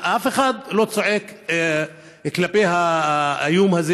ואף אחד לא צועק כלפי האיום הזה